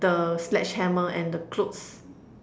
the sledgehammer and the clothes